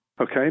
Okay